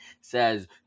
says